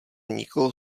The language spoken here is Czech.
nikoho